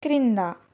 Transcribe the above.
క్రింద